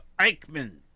Eichmann